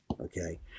okay